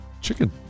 Chicken